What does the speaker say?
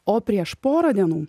o prieš porą dienų